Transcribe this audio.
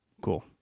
Cool